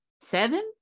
seven